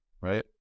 right